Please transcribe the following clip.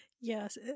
Yes